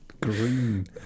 green